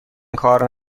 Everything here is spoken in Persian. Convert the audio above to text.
کار